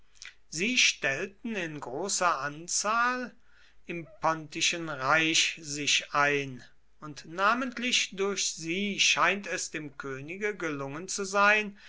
sie stellten in großer anzahl im pontischen reich sich ein und namentlich durch sie scheint es dem könige gelungen zu sein